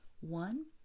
One